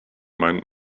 meint